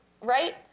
Right